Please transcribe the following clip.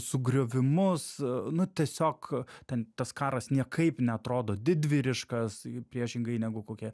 sugriovimus nu tiesiog ten tas karas niekaip neatrodo didvyriškas priešingai negu kokie